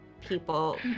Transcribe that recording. people